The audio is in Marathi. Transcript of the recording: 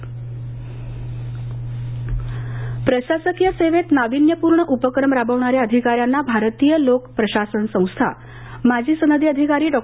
अहमदनगर प्रशासकीय सेवेत नाविन्यपूर्ण उपक्रम राबवणाऱ्या अधिकाऱ्यांना भारतीयलोक प्रशासन संस्थामाजी सनदी अधिकारी डॉ